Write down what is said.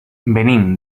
venim